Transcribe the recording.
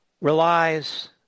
relies